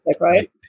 right